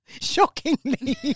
shockingly